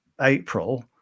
April